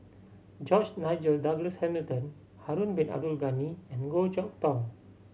George Nigel Douglas Hamilton Harun Bin Abdul Ghani and Goh Chok Tong